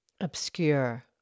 obscure